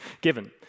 given